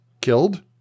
killed